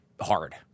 hard